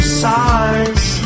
size